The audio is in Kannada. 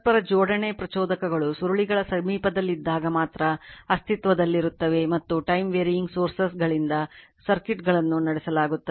ಪರಸ್ಪರ ಜೋಡಣೆ ಪ್ರಚೋದಕಗಳು ಸುರುಳಿಗಳ ಸಮೀಪದಲ್ಲಿದ್ದಾಗ ಮಾತ್ರ ಅಸ್ತಿತ್ವದಲ್ಲಿರುತ್ತವೆ ಮತ್ತು time varying sources ಗಳಿಂದ ಸರ್ಕ್ಯೂಟ್ಗಳನ್ನು ನಡೆಸಲಾಗುತ್ತದೆ